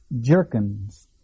jerkins